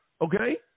Okay